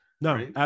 No